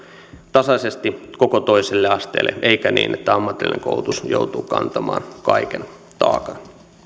tasaisesti koko toiselle asteelle eikä niin että ammatillinen koulutus joutuu kantamaan kaiken taakan